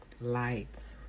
lights